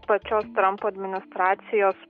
pačios trampo administracijos